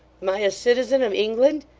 am i a citizen of england?